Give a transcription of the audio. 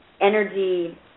energy